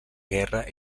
guerra